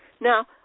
Now